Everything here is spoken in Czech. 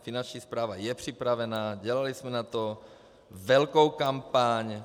Finanční správa je připravená, dělali jsme na to velkou kampaň.